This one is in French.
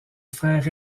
frère